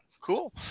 cool